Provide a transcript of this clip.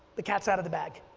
the cats out of the bag.